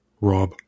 Rob